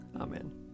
Amen